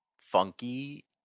funky